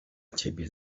ciebie